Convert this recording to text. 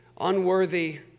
unworthy